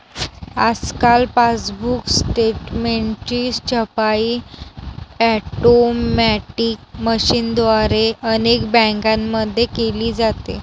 आजकाल पासबुक स्टेटमेंटची छपाई ऑटोमॅटिक मशीनद्वारे अनेक बँकांमध्ये केली जाते